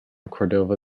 cordova